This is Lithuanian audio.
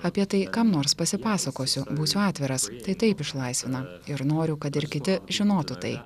apie tai kam nors pasipasakosiu būsiu atviras tai taip išlaisvina ir noriu kad ir kiti žinotų tai